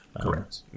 Correct